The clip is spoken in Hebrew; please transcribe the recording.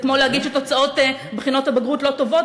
זה כמו להגיד שתוצאות בחינות הבגרות לא טובות,